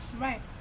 Right